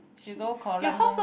she go collect moon